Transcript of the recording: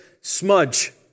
smudge